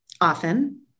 often